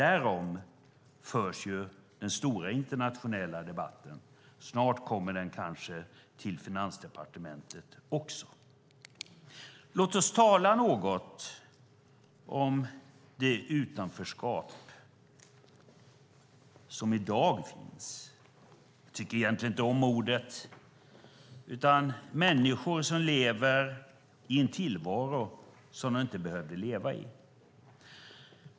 Därom förs den stora internationella debatten. Snart kommer den kanske till Finansdepartementet också. Låt oss tala något om det utanförskap som finns i dag. Jag tycker egentligen inte om ordet. Det handlar om människor som lever i en tillvaro som de inte skulle behöva leva i.